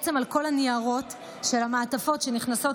בעצם על כל הניירות והמעטפות שנכנסות